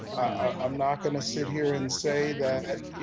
i'm not gonna sit here and say that, you